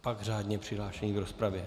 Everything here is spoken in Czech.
Pak řádně přihlášení k rozpravě.